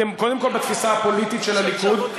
קודם כול, בתפיסה הפוליטית של הליכוד,